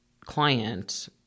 client